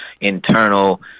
internal